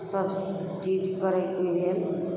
ईसबचीज करैके लिए